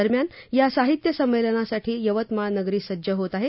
दरम्यान या साहित्यसंमेलनासाठी यवतमाळनगरी सज्ज होत आहे